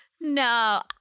No